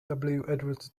edwards